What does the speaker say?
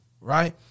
right